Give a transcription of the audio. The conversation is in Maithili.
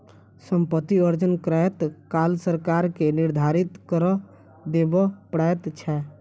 सम्पति अर्जन करैत काल सरकार के निर्धारित कर देबअ पड़ैत छै